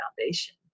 foundation